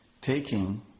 Taking